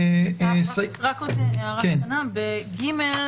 22- -- רק הערה קטנה - בעמ'